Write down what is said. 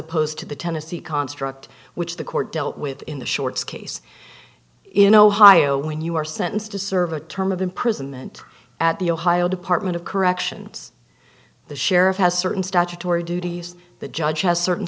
opposed to the tennessee construct which the court dealt with in the shorts case in ohio when you are sentenced to serve a term of imprisonment at the ohio department of corrections the sheriff has certain statutory duties the judge has certain